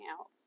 else